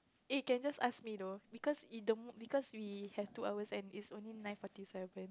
it can just ask me those because it don't because we have two hours and its only nine forty seven